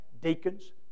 deacons